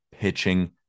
Pitching